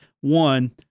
one